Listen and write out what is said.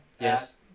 yes